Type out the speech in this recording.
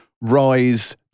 rise